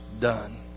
done